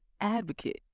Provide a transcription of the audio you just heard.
advocate